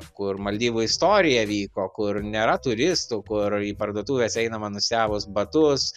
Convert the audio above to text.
kur maldyvų istorija vyko kur nėra turistų kur į parduotuves einama nusiavus batus